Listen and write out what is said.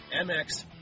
MX